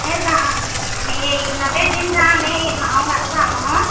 এই যাম হেৰি এইকেইদিনতে এদিন যাম এই মাৰো গাতো ভাল নহয়